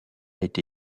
été